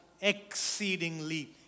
exceedingly